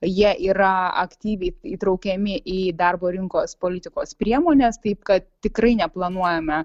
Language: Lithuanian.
jie yra aktyviai įtraukiami į darbo rinkos politikos priemones taip kad tikrai neplanuojame